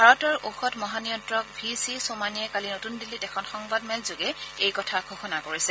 ভাৰতৰ ঔষধ মহা নিয়ন্ত্ৰক ভিজি ছোমানিয়ে কালি নতন দিল্লীত এখন সংবাদ মেলযোগে এই কথা ঘোষণা কৰিছে